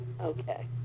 Okay